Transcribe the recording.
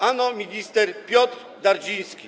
Ano minister Piotr Dardziński.